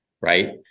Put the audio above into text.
right